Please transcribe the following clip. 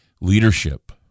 leadership